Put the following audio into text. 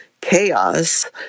chaos